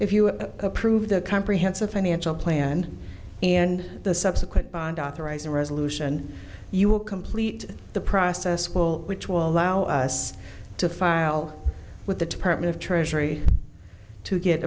if you are a prove the comprehensive financial plan and the subsequent bond authorized resolution you will complete the process will which will allow us to file with the department of treasury to get